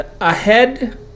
ahead